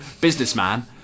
Businessman